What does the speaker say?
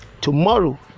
Tomorrow